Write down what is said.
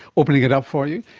opening it up for you!